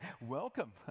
Welcome